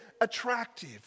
attractive